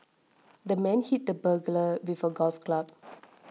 the man hit the burglar with a golf club